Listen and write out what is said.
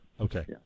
Okay